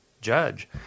judge